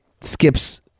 skips